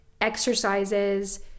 exercises